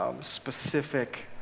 specific